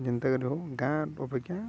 ଯେନ୍ତା କରି ହଉ ଗାଁ ଅପେକ୍ଷା